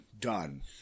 done